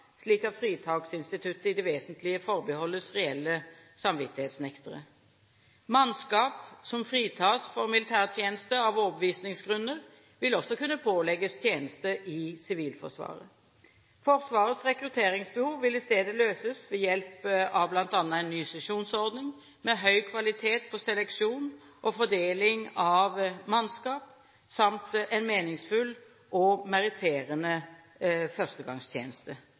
slik at fritaksinstituttet i det vesentlige forbeholdes reelle samvittighetsnektere. Mannskap som fritas for militærtjeneste av overbevisningsgrunner, vil også kunne pålegges tjeneste i Sivilforsvaret. Forsvarets rekrutteringsbehov vil i stedet løses ved hjelp av bl.a. en ny sesjonsordning, med høy kvalitet på seleksjon og fordeling av mannskap samt en meningsfull og meritterende førstegangstjeneste.